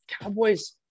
Cowboys